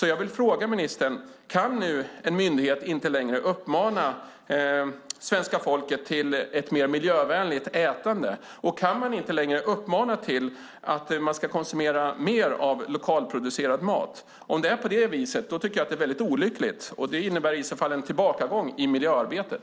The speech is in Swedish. Jag vill fråga ministern: Får en myndighet inte längre uppmana svenska folket till ett mer miljövänligt ätande, och får man inte längre uppmana till att konsumera mer lokalproducerad mat? Om det är på det viset är det väldigt olyckligt. Det innebär i så fall en tillbakagång i miljöarbetet.